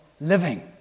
living